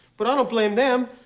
but i don't blame them,